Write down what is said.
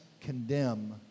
condemn